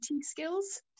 skills